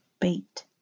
bait